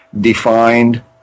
defined